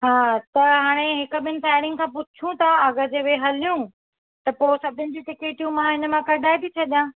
हा त हाणे हिकु ॿिनि साहेड़िनि खां पुछूं था अगरि जे उहे हलियूं त पोइ सभिनि जी टिकिटियूं मां हिनमां कढाए थी छॾियां